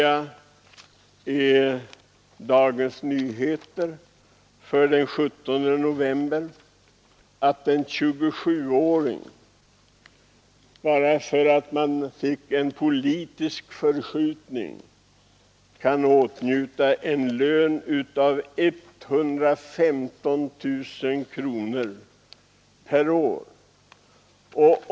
I Dagens Nyheter den 17 november detta år uppges att en 27-åring på grund av en förskjutning i väljarunderlaget kan åtnjuta en lön av 115 000 kronor per år.